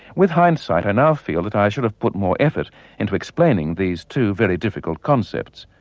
with hindsight, i now feel that i should have put more effort into explaining these two very difficult concepts,